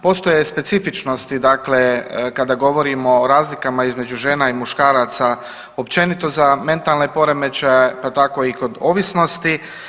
Postoje specifičnosti kada govorimo o razlikama između žena i muškaraca općenito za mentalne poremećaje, pa tako i kod ovisnosti.